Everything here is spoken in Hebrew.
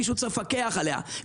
מישהו צריך לפקח עליה,